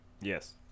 Yes